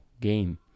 game